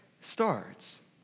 starts